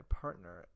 partner